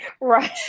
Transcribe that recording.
Right